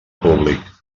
públic